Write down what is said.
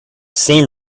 seam